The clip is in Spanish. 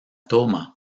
toma